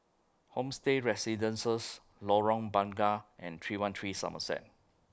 Homestay Residences Lorong Bunga and three one three Somerset